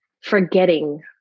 forgetting